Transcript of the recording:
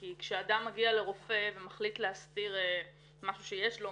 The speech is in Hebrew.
כי כשאדם מגיע לרופא ומחליט להסתיר משהו שיש לו,